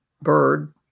bird